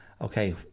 okay